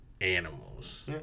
animals